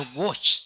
watch